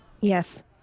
yes